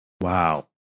Wow